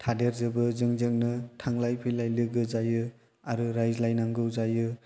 थादेर जोबो जोंजोंनो थांलाय फैलाय लोगो जायो आरो रायज्लाय नांगौ जायो